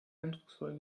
eindrucksvoll